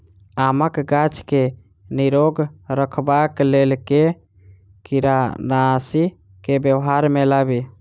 आमक गाछ केँ निरोग रखबाक लेल केँ कीड़ानासी केँ व्यवहार मे लाबी?